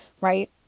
right